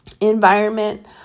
environment